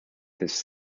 his